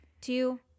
two